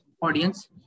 audience